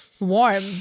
Warm